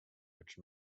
which